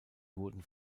wurden